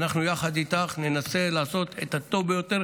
אנחנו ננסה לעשות יחד איתך את הטוב ביותר